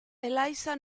eliza